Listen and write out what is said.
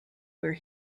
where